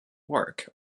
work